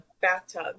bathtub